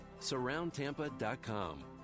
Surroundtampa.com